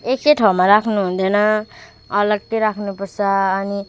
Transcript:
एकै ठाउँमा राख्नुहुँदैन अलगै राख्नुपर्छ अनि